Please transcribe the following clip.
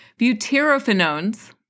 butyrophenones